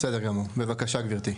בסדר גמור, בבקשה גברתי.